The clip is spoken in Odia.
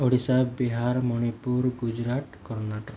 ଓଡ଼ିଶା ବିହାର ମଣିପୁର ଗୁଜୁରାଟ କର୍ଣ୍ଣାଟକ